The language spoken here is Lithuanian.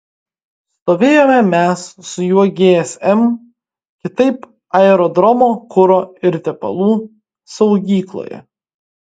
stovėjome mes su juo gsm kitaip aerodromo kuro ir tepalų saugykloje